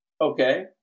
okay